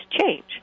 change